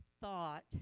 thought